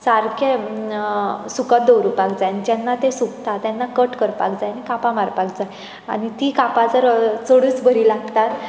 सारकें सुकत दवरुपाक जाय आनी जेन्ना तें सुकतां तेन्ना कट करपाक जाय आनी कापां मारपाक जाय आनी तीं कापां जर चडूच बरीं लागतात